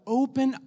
open